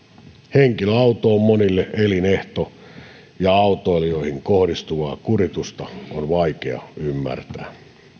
henkilöauto on monille elinehto ja autoilijoihin kohdistuvaa kuritusta on vaikea ymmärtää